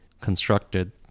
constructed